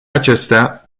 acestea